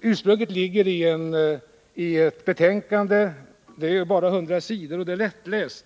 Ursprunget finns i ett betänkande — Totalfinansiering SOU 1975:12 - som bara omfattar 100 sidor och som är lättläst.